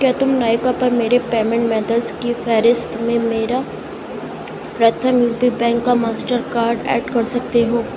کیا تم نائکا پرمیرے پیمینٹ میتھڈز کی فہرست میں میرا پرتھم یو پی بینک کا ماسٹر کارڈ ایڈ کر سکتے ہو